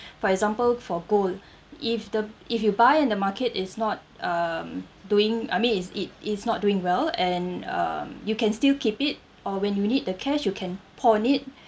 for example for gold if the if you buy and the market is not um doing I mean it's it is not doing well and um you can still keep it or when you need the cash you can pawn it